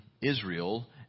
Israel